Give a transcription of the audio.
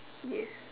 yes